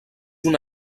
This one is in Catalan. una